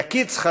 יקיץ,